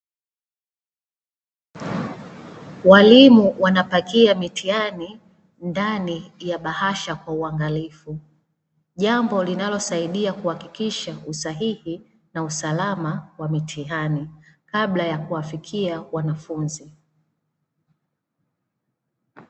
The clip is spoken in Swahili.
Walimu wanapakia mitihani, ndani ya bahasha kwa uangalifu. Jambo linalosaidia kuhakikisha usahihi na usalama wa mitihani, kabla ya kuwafikia wanafunzi.